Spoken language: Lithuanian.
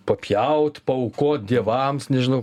papjaut paaukot dievams nežinau